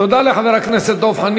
תודה לחבר הכנסת דב חנין.